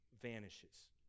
vanishes